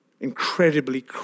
incredibly